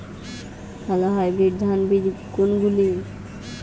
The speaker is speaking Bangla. ভালো হাইব্রিড ধান বীজ কোনগুলি?